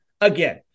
Again